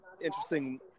interesting